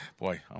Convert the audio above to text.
boy